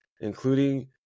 including